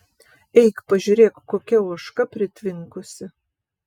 eik pažiūrėk kokia ožka pritvinkusi